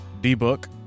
D-Book